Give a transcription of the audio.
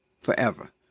forever